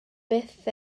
byth